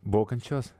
buvo kančios